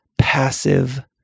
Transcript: passive